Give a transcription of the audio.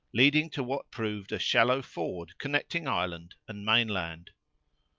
leading to what proved a shallow ford connecting island and mainland.